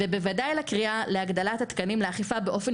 ובוודאי לקריאה להגדלת התקנים לאכיפה באופן